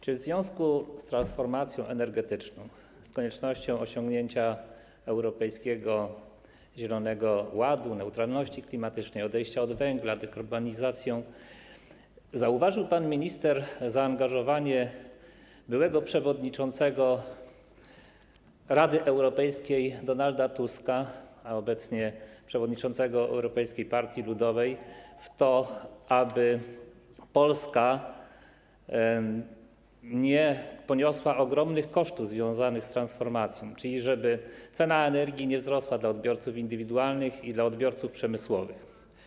Czy w związku z transformacją energetyczną, z koniecznością osiągnięcia Europejskiego Zielonego Ładu, neutralności klimatycznej, z odejściem od węgla, dekarbonizacją zauważył pan minister zaangażowanie byłego przewodniczącego Rady Europejskiej Donalda Tuska, a obecnie przewodniczącego Europejskiej Partii Ludowej, w to, aby Polska nie poniosła ogromnych kosztów związanych z transformacją, czyli żeby cena energii nie wzrosła dla odbiorców indywidualnych i dla odbiorców przemysłowych?